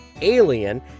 Alien